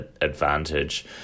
advantage